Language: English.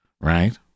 right